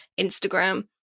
Instagram